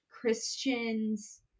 Christians